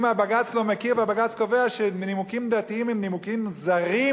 אם הבג"ץ לא מכיר והבג"ץ קובע שנימוקים דתיים הם נימוקים זרים